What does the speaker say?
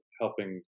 helping